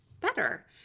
better